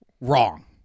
wrong